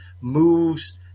moves